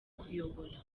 kuyobora